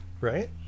Right